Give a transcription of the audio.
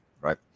right